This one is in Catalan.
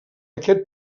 aquest